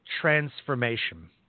transformation